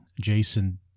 Jason